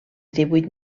divuit